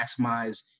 maximize